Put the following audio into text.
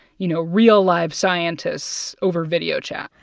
you know, real, live scientists over video chat?